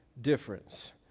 difference